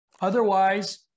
Otherwise